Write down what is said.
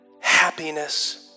happiness